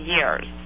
years